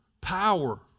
power